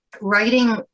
writing